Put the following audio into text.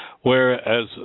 whereas